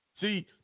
See